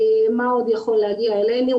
מה עוד יכול להגיע אלינו?